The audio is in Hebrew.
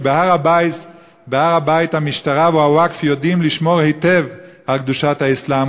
כי בהר-הבית המשטרה והווקף יודעים לשמור היטב על קדושת האסלאם,